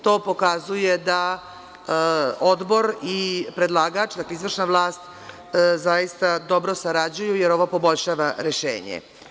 To pokazuje da Odbor i predlagač, dakle izvršna vlast zaista dobro sarađuju, jer ovo poboljšava rešenje.